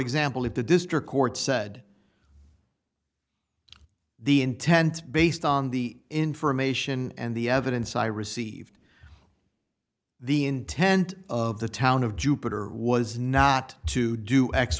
example if the district court said the intents based on the information and the evidence i received the intent of the town of jupiter was not to do x